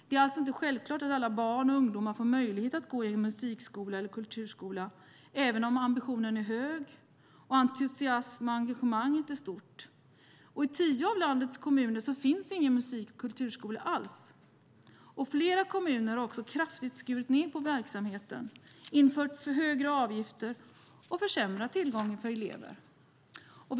Det är alltså inte självklart att alla barn och ungdomar får möjlighet att gå i en musik och kulturskola, även om ambitionen är hög och entusiasmen är stor och engagemanget stort. I tio av landets kommuner finns det ingen musik och kulturskola alls. Flera kommuner har också skurit ned verksamheten kraftigt, infört högre avgifter och försämrat tillgången för eleverna.